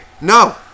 no